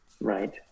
Right